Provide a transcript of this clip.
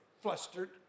flustered